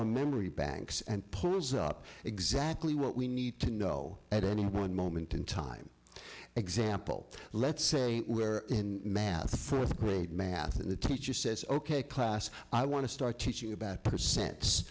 a memory banks and pulls up exactly what we need to know at any one moment in time for example let's say we're in math for grade math and the teacher says ok class i want to start teaching about percents